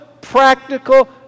practical